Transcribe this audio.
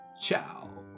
Ciao